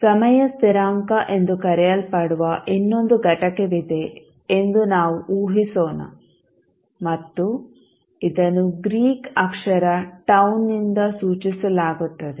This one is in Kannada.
ಸಮಯ ಸ್ಥಿರಾಂಕ ಎಂದು ಕರೆಯಲ್ಪಡುವ ಇನ್ನೊಂದು ಘಟಕವಿದೆ ಎಂದು ನಾವು ಊಹಿಸೋಣ ಮತ್ತು ಇದನ್ನು ಗ್ರೀಕ್ ಅಕ್ಷರ τ ನಿಂದ ಸೂಚಿಸಲಾಗುತ್ತದೆ